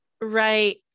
Right